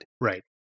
Right